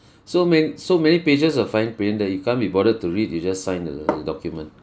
so man~ so many pages of fine print that you can't be bothered to read you just sign the the document